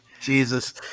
jesus